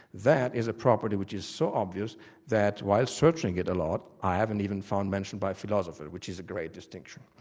that is a property which is so obvious that while searching it a lot, i haven't even found mention by philosophers, which is a great distinction.